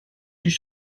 deux